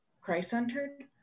Christ-centered